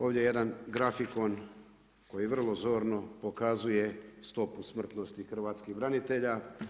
Ovdje je jedan grafikon koji vrlo zorno pokazuje stopu smrtnosti hrvatskih branitelja.